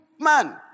man